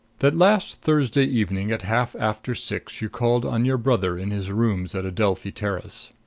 that last thursday evening at half after six you called on your brother in his rooms at adelphi terrace.